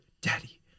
daddy